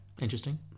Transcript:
Interesting